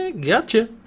gotcha